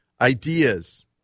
ideas